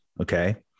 Okay